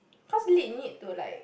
cause lit you need to like